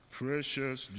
precious